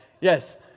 Yes